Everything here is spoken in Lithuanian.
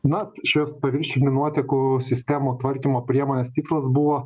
na šios paviršinių nuotekų sistemų tvarkymo priemonės tikslas buvo